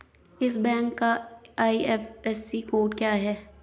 इस बैंक का IFSC code क्या है?